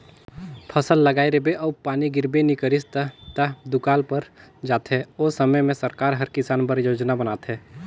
फसल लगाए रिबे अउ पानी गिरबे नी करिस ता त दुकाल पर जाथे ओ समे में सरकार हर किसान बर योजना बनाथे